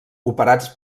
operats